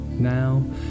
now